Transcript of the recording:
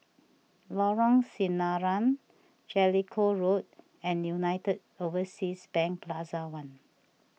Lorong Sinaran Jellicoe Road and United Overseas Bank Plaza one